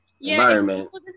environment